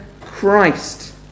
Christ